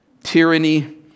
Tyranny